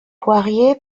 poirier